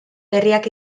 berriak